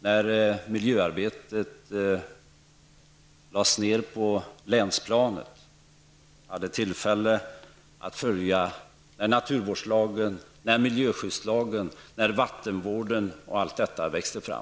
när miljöarbetet lades ner på länsplanet. Jag hade tillfälle att följa framväxten av naturvårdslagen, miljöskyddslagen, vattenvården osv.